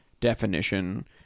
definition